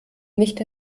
nicht